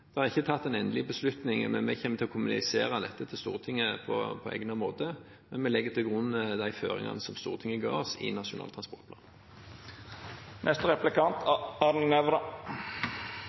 Det er ikke tatt en endelig beslutning, men vi kommer til å kommunisere dette til Stortinget på egnet måte. Vi legger til grunn de føringene som Stortinget ga oss i Nasjonal transportplan.